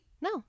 No